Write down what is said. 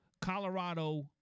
Colorado